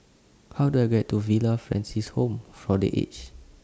How Do I get to Villa Francis Home For The Aged